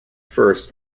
first